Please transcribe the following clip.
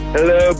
Hello